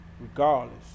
regardless